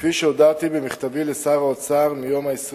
כפי שהודעתי במכתבי לשר האוצר מיום 20